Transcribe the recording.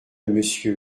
monsieur